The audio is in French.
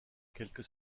quelques